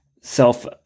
self